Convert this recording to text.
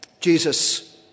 Jesus